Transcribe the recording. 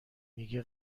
میگه